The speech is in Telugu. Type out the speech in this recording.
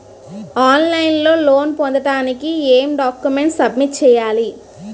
ఆన్ లైన్ లో లోన్ పొందటానికి ఎం డాక్యుమెంట్స్ సబ్మిట్ చేయాలి?